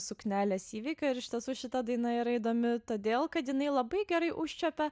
suknelės įvykio ir iš tiesų šita daina yra įdomi todėl kad jinai labai gerai užčiuopia